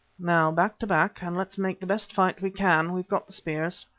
now back to back, and let's make the best fight we can. we've got the spears.